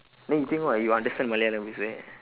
then you think what you understand malayalam is it